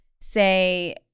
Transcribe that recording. say